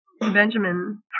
Benjamin